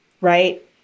right